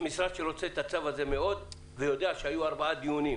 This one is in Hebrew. משרד שרוצה את הצו הזה מאוד ויודע שהיו ארבעה דיונים